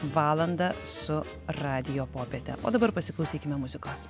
valandą su radijo popiete o dabar pasiklausykime muzikos